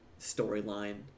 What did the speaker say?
storyline